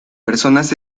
personas